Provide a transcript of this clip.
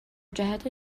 جهت